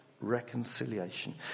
reconciliation